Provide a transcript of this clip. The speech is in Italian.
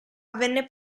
avvenne